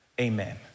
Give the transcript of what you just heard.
Amen